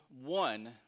one